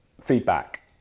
feedback